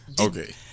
Okay